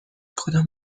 کدام